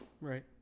right